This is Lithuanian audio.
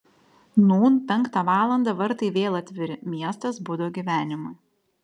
nūn penktą valandą vartai vėl atviri miestas budo gyvenimui